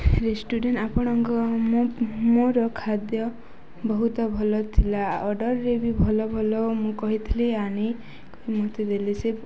restaurant ଆପଣଙ୍କ ମୋର ଖାଦ୍ୟ ବହୁତ ଭଲ ଥିଲା ଅର୍ଡ଼ରରେ ବି ଭଲ ଭଲ ମୁଁ କହିଥିଲି ଆଣି ମତେ ଦେଲେ ସେ